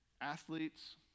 athletes